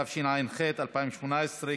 התשע"ח 2018,